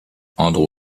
andrew